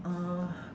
uh